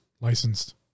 licensed